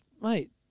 Mate